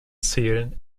zählen